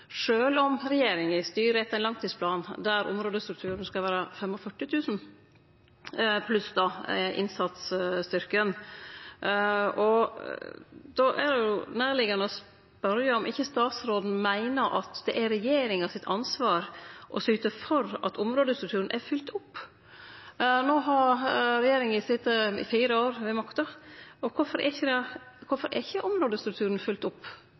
om regjeringa styrer etter ein langtidsplan der områdestrukturen skal vere 45 000 pluss innsatsstyrken. Då er det nærliggjande å spørje om ikkje statsråden meiner at det er regjeringa sitt ansvar å syte for at områdestrukturen er fylt opp. No har regjeringa sete med makta i fire år.